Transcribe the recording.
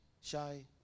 Shy